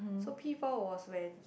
so P-four was when